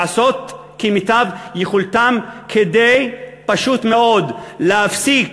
לעשות כמיטב יכולתם כדי פשוט מאוד להפסיק,